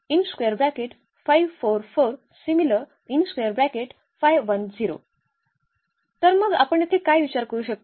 तर मग आपण येथे काय विचार करू शकतो